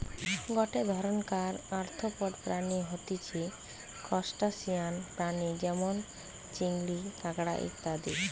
গটে ধরণকার আর্থ্রোপড প্রাণী হতিছে ত্রুসটাসিয়ান প্রাণী যেমন চিংড়ি, কাঁকড়া ইত্যাদি